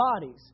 bodies